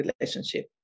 relationship